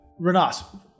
Renas